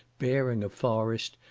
bearing a forest,